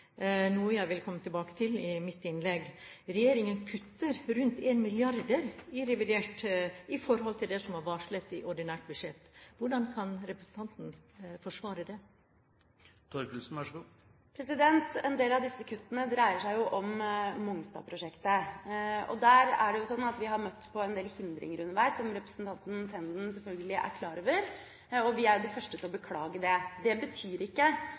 noe jeg vil komme tilbake til i mitt innlegg. Regjeringen kutter rundt 1 mrd. kr i revidert i forhold til det som var varslet i ordinært budsjett. Hvordan kan representanten forsvare det? En del av disse kuttene dreier seg jo om Mongstad-prosjektet. Der er det sånn at vi har møtt på en del hindringer underveis, som representanten Tenden sjølsagt er klar over. Vi er de første til å beklage det. Det betyr ikke